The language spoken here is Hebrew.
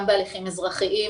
גם בהליכים אזרחיים.